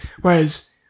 Whereas